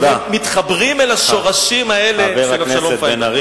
מתחברים אל השורשים האלה סביב אבשלום פיינברג.